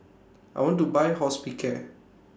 I want to Buy Hospicare